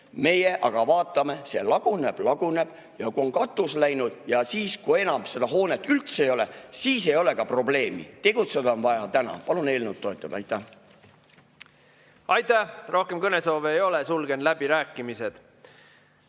Meie aga vaatame, see laguneb ja laguneb. Kui on katus läinud ja kui enam hoonet üldse ei ole, siis ei ole ka probleemi. Tegutseda on vaja! Tänan! Palun eelnõu toetada! Aitäh! Rohkem kõnesoove ei ole. Sulgen läbirääkimised.